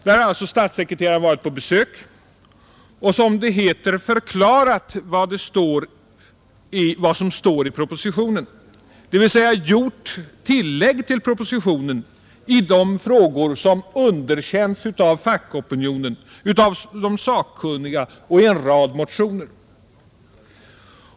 Där har alltså statssekreteraren varit på besök och, som det heter, förklarat vad som står i propositionen, dvs. gjort tillägg till propositionen i de frågor som underkänts av fackopinionen, av de sakkunniga och i en rad motioner.